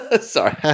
Sorry